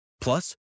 Plus